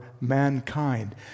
mankind